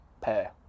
pair